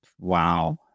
Wow